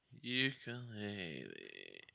Ukulele